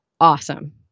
awesome